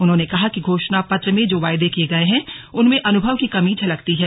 उन्होंने कहा कि घोषणापत्र में जो वायदे किये गए हैं उनमें अनुभव की कमी झलकती है